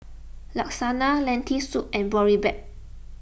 Lasagna Lentil Soup and Boribap